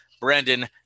Brandon